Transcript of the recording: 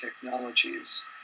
technologies